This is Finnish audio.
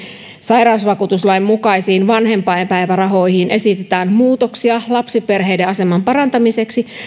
sairausvakuutuslain mukaisiin vanhempainpäivärahoihin esitetään muutoksia lapsiperheiden aseman parantamiseksi